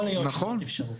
יכול להיות שזאת אפשרות.